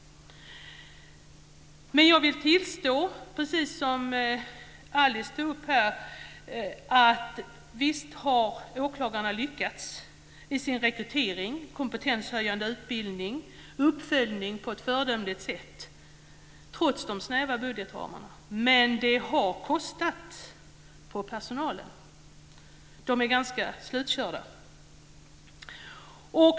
Jag vill ändå tillstå precis det som Alice Åström tog upp här. Visst har åklagarna lyckats i sin rekrytering, kompetenshöjande utbildning och uppföljning på ett föredömligt sätt trots de snäva budgetramarna. Men det har kostat på för personalen. De är ganska slutkörda.